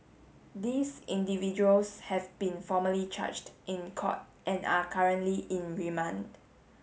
these individuals have been formally charged in court and are currently in remand